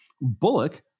Bullock